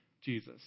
Jesus